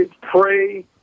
Pray